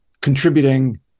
contributing